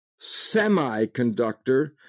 semiconductor